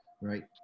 Right